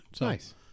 Nice